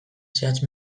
zehatz